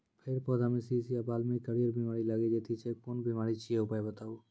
फेर पौधामें शीश या बाल मे करियर बिमारी लागि जाति छै कून बिमारी छियै, उपाय बताऊ?